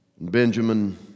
Benjamin